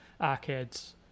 arcades